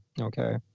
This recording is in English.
Okay